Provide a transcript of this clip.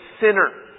sinner